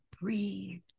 breathe